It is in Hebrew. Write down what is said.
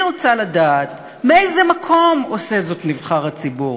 אני רוצה לדעת מאיזה מקום עושה זאת נבחר הציבור.